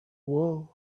wool